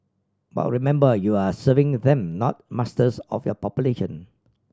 but remember you are serving them not masters of your population